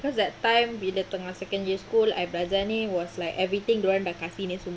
cause that time bila tengah secondary school I belajar ni was like everything dia orang dah kasih semua